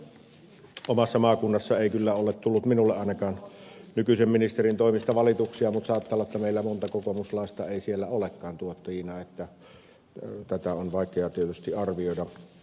en tiedä omassa maakunnassa ei kyllä ole tullut minulle ainakaan nykyisen ministerin toimesta valituksia mutta saattaa olla että meillä monta kokoomuslaista ei siellä olekaan tuottajina että tätä on vaikea tietysti arvioida sitten